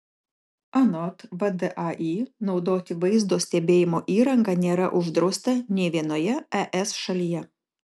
anot vdai naudoti vaizdo stebėjimo įrangą nėra uždrausta nė vienoje es šalyje